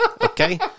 Okay